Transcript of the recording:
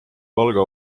palga